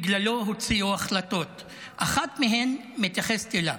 בגללו הוציאו החלטות, אחת מהן מתייחסת אליו,